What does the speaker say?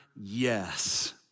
yes